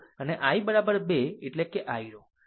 અને i બરાબર 2 એટલે i રો